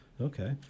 Okay